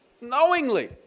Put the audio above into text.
knowingly